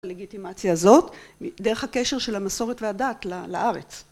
לגיטימציה זאת, דרך הקשר של המסורת והדת לארץ.